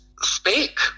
speak